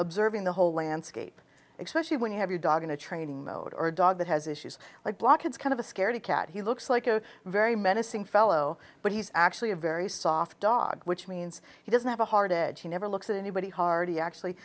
observing the whole landscape expects you when you have your dog in a training mode or a dog that has issues like blockheads kind of a scaredy cat he looks like a very menacing fellow but he's actually a very soft dog which means he doesn't have a hard edge he never looks at anybody hardy actually